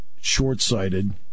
short-sighted